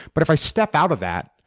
but if i step out of that,